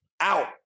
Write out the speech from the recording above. out